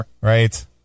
right